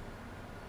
oh really